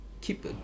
keep